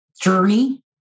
journey